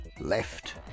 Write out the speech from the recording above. left